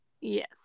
Yes